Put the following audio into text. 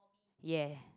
ya